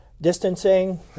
distancing